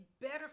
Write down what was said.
better